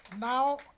Now